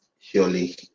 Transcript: surely